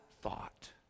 thought